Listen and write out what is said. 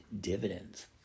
dividends